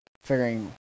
figuring